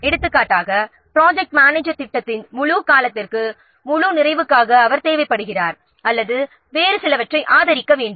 எடுத்துக்காட்டாக project manager திட்டத்தின் முழு காலத்திற்கு முழு நிறைவுக்காக அவர் தேவைப்படுகிறார் அல்லது வேறு சிலவற்றை ஆதரிக்க வேண்டும்